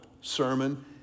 sermon